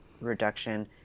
reduction